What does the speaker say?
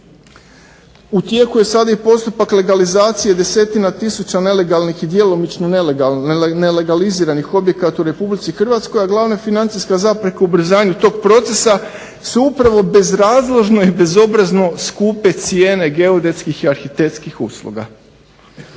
U tijeku je sada i postupak legalizacije desetina tisuća nelegalnih i djelomično nelegaliziranih objekata u RH a glavna financijska zapreka u ubrzanju tog procesa su upravo bezrazložne i bezobrazno skupe cijene geodetskih i arhitektnih usluga.